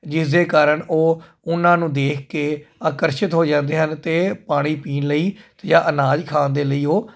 ਜਿਸ ਦੇ ਕਾਰਨ ਉਹ ਉਨ੍ਹਾਂ ਨੂੰ ਦੇਖ ਕੇ ਆਕਰਸ਼ਿਤ ਹੋ ਜਾਂਦੇ ਹਨ ਅਤੇ ਪਾਣੀ ਪੀਣ ਲਈ ਜਾਂ ਅਨਾਜ ਖਾਣ ਦੇ ਲਈ ਉਹ